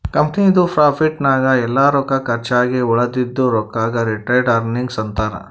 ಕಂಪನಿದು ಪ್ರಾಫಿಟ್ ನಾಗ್ ಎಲ್ಲಾ ರೊಕ್ಕಾ ಕರ್ಚ್ ಆಗಿ ಉಳದಿದು ರೊಕ್ಕಾಗ ರಿಟೈನ್ಡ್ ಅರ್ನಿಂಗ್ಸ್ ಅಂತಾರ